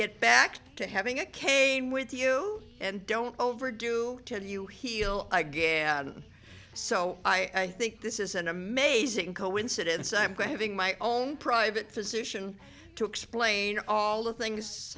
get back to having it came with you and don't overdo tell you heal again so i think this is an amazing coincidence i'm going having my own private physician to explain all the thing